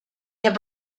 have